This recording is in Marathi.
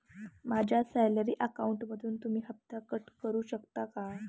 माझ्या सॅलरी अकाउंटमधून तुम्ही हफ्ता कट करू शकता का?